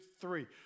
three